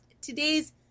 Today's